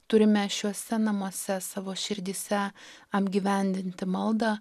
turime šiuose namuose savo širdyse apgyvendinti maldą